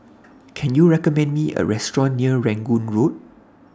Can YOU recommend Me A Restaurant near Rangoon Road